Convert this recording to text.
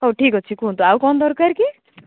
ହଉ ଠିକ୍ ଅଛି କୁହନ୍ତୁ ଆଉ କ'ଣ ଦରକାର କି